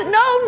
no